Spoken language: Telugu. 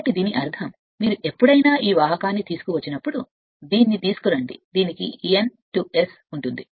కాబట్టి దీని అర్థం మీరు ఎప్పుడైనా ఈ వాహకాన్ని తీసుకువచ్చినప్పుడు దీనిని తీసుకురండి అని చెప్పినప్పుడు దీనికి NS NS ఇవ్వబడుతుంది